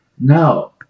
No